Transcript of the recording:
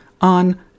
on